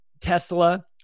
Tesla